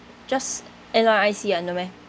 just N_R_I_C ah no meh